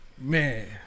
Man